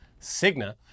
Cigna